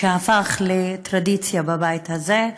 שהפך לטרדיציה בבית הזה,